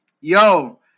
Yo